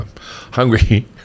hungry